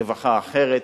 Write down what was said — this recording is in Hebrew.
רווחה אחרת,